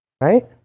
Right